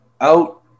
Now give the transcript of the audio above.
out